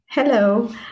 Hello